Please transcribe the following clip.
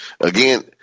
Again